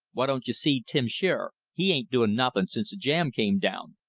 why don't you see tim shearer? he ain't doin' nothin' since the jam came down,